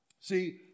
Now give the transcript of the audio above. See